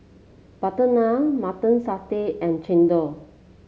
butter naan Mutton Satay and chendol